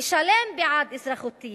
אשלם עבור אזרחותי